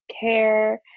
care